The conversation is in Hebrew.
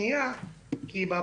אוקיי,